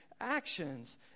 actions